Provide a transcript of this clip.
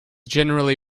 generally